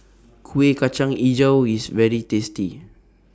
Kuih Kacang Hijau IS very tasty